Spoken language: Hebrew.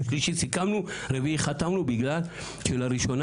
בשלישי סיכמנו ברביעי חתמנו בגלל שלראשונה